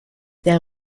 der